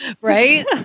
right